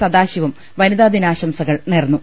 സദാശിവം വനിതാദിനാശംസ കൾ നേർന്നു